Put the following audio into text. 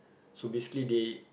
so basically they